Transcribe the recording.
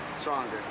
stronger